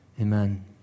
amen